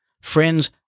Friends